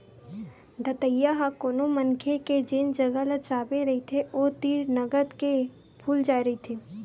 दतइया ह कोनो मनखे के जेन जगा ल चाबे रहिथे ओ तीर नंगत के फूल जाय रहिथे